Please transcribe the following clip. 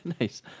Nice